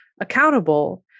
accountable